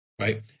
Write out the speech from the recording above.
Right